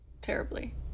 terribly